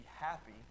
happy